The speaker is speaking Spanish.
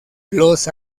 los